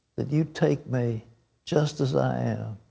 that you take me just as i am.